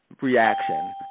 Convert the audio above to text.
reaction